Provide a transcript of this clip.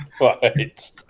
Right